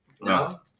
No